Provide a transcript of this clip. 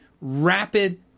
rapid